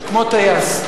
כמו טייס.